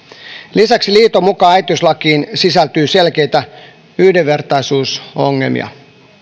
lisäksi liiton mukaan äitiyslakiin sisältyy selkeitä yhdenvertaisuusongelmia